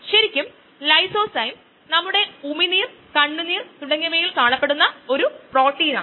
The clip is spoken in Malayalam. അതിനാൽ ഇത് എൻസൈം അസ്ഥിരീകരണത്തിന്റെ ഒരു ഉദാഹരണമാണ്